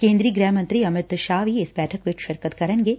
ਕੇ'ਦਰੀ ਗ੍ਰਹਿ ਮੰਤਰੀ ਅਮਿਤ ਸ਼ਾਹ ਵੀ ਇਸ ਬੈਠਕ ਵਿਚ ਸ਼ਿਰਕਤ ਕਰਨਗੇ